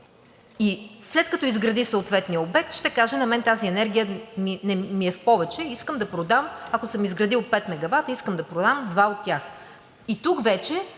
и след като изгради съответния обект, ще каже – на мен тази енергия ми е в повече, искам да продам. Ако съм изградил 5 мегавата, искам да продам 2 от тях. И тук вече